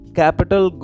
capital